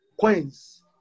coins